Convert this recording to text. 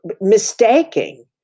mistaking